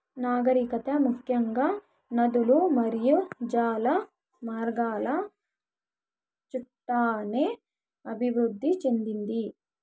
నాగరికత ముఖ్యంగా నదులు మరియు జల మార్గాల చుట్టూనే అభివృద్ది చెందింది